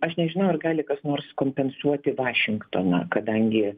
aš nežinau ar gali kas nors kompensuoti vašingtoną kadangi